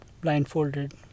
blindfolded